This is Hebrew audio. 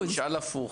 אני אשאל הפוך.